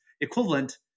equivalent